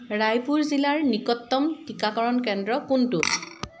ৰায়পুৰ জিলাৰ নিকটতম টিকাকৰণ কেন্দ্ৰ কোনটো